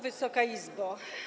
Wysoka Izbo!